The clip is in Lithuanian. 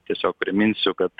tiesiog priminsiu kad